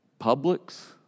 Publix